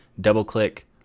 double-click